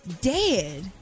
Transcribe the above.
Dead